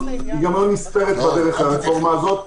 היא גם לא נספרת בדרך לרפורמה הזאת.